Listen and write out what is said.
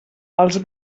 els